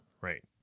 right